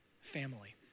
family